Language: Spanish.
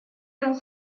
las